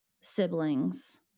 siblings